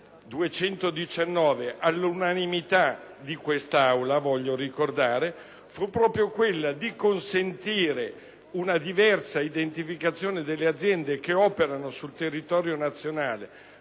voglio ricordarlo - fu proprio quella di consentire una diversa identificazione delle aziende che operano sul territorio nazionale,